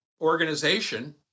organization